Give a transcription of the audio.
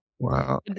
Wow